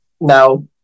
now